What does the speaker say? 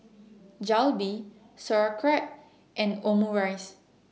Jalebi Sauerkraut and Omurice